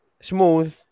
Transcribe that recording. smooth